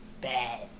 bad